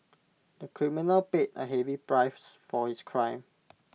the criminal paid A heavy price for his crime